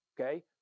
okay